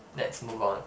let's move on